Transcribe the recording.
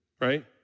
right